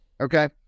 okay